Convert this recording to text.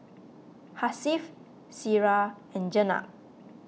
Hasif Syirah and Jenab